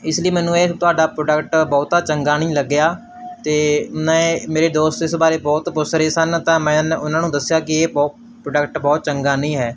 ਇਸ ਲਈ ਮੈਨੂੰ ਇਹ ਤੁਹਾਡਾ ਪ੍ਰੋਡਕਟ ਬਹੁਤਾ ਚੰਗਾ ਨਹੀਂ ਲੱਗਿਆ ਅਤੇ ਨਾ ਇਹ ਮੇਰੇ ਦੋਸਤ ਇਸ ਬਾਰੇ ਬਹੁਤ ਪੁੱਛ ਰਹੇ ਸਨ ਤਾਂ ਮੈਂ ਉਹਨਾਂ ਉਹਨਾਂ ਨੂੰ ਦੱਸਿਆ ਕਿ ਇਹ ਬਹੁ ਪ੍ਰੋਡਕਟ ਬਹੁਤ ਚੰਗਾ ਨਹੀਂ ਹੈ